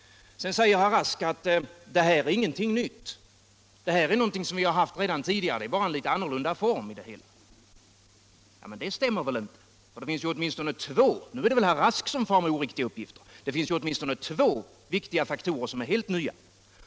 Sedan sade herr Rask att det här är ingenting nytt — det är någonting som vi haft tidigare, det är bara en litet annorlunda form. Det stämmer väl inte! Nu är det väl herr Rask som far med oriktiga uppgifter, för det finns åtminstone två viktiga faktorer som är helt nya.